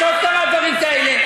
יש עוד כמה דברים כאלה,